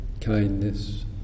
kindness